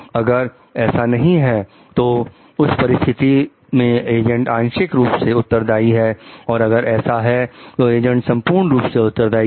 अगर ऐसा नहीं है तो उस परिस्थिति में एजेंट आंशिक रूप से उत्तरदाई है और अगर ऐसा है तो एजेंट संपूर्ण रूप से उत्तरदाई है